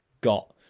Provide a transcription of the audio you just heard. got